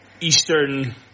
Eastern